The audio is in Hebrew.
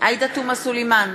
עאידה תומא סלימאן,